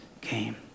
came